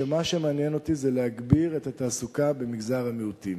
שמה שמעניין אותי זה להגביר את התעסוקה במגזר המיעוטים.